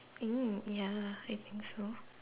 mm ya I think so